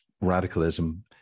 radicalism